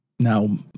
now